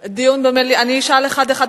אשאל אחד-אחד.